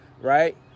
right